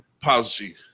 policy